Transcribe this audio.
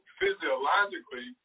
physiologically